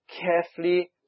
carefully